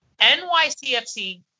NYCFC